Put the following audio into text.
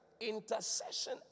intercession